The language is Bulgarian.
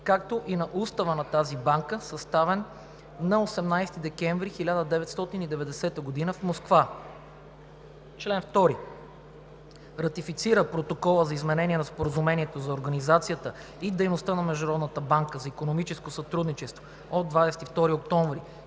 както и на Устава на тази банка, съставен на 18 декември 1990 г. в Москва. Чл. 2. Ратифицира Протокола за изменение на Споразумението за организацията и дейността на Международната банка за икономическо сътрудничество от 22 октомври